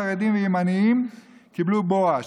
חרדים וימנים קיבלו בואש.